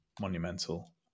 Monumental